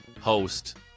host